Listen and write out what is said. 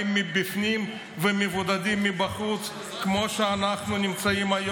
מבפנים ומבודדים מבחוץ כמו שאנחנו היום.